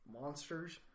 monsters